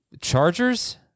Chargers